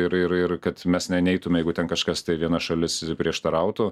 ir ir ir kad mes ne neitume jeigu ten kažkas tai viena šalis prieštarautų